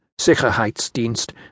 Sicherheitsdienst